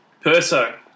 Perso